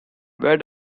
where